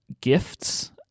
gifts